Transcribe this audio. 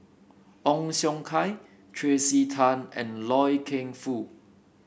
Ong Siong Kai Tracey Tan and Loy Keng Foo